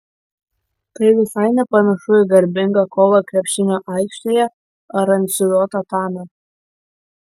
tai visai nepanašu į garbingą kovą krepšinio aikštėje ar ant dziudo tatamio